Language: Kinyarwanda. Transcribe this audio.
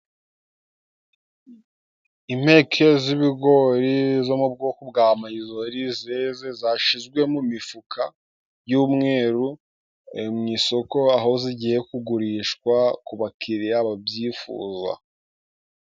Impeke z'ibigori zo mu bwoko bwa mayizori, zeze, zashizwe mu mifuka y'umweru mu isoko, aho zigiye kugurishwa kubakiriya babyifuza.